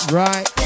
right